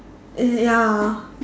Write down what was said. eh ya